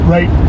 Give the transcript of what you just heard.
Right